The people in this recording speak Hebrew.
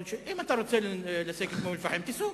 אם אתה רוצה לסגת מאום-אל-פחם, תיסוג.